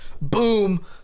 boom